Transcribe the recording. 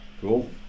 cool